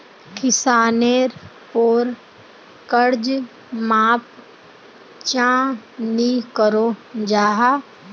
किसानेर पोर कर्ज माप चाँ नी करो जाहा?